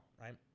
right